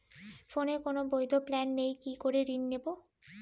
ফোনে কোন বৈধ প্ল্যান নেই কি করে ঋণ নেব?